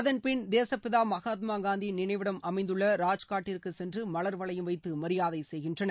அதன்பின் தேசப்பிதா மகாத்மா காந்தியின் நினவைடம் அமைந்துள்ள ராஜ்காட்டிற்கு சென்று மலர்வளையம் வைத்து மரியாதை செய்கின்றனர்